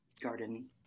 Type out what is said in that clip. garden